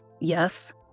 yes